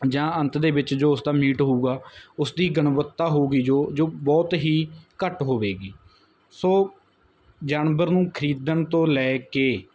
ਜਾਂ ਅੰਤ ਦੇ ਵਿੱਚ ਜੋ ਉਸ ਦਾ ਮੀਟ ਹੋਵੇਗਾ ਉਸ ਦੀ ਗੁਣਵੱਤਾ ਹੋਵੇਗੀ ਜੋ ਜੋ ਬਹੁਤ ਹੀ ਘੱਟ ਹੋਵੇਗੀ ਸੋ ਜਾਨਵਰ ਨੂੰ ਖਰੀਦਣ ਤੋਂ ਲੈ ਕੇ